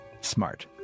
smart